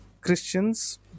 Christians